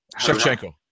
Shevchenko